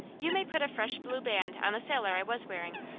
you may put a fresh blue band on the sailor i was wearing,